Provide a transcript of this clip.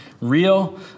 real